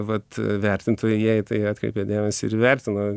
vat vertintojai jei į tai atkreipė dėmesį ir vertino